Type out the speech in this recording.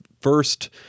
first